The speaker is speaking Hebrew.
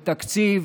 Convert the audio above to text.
בתקציב,